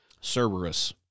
Cerberus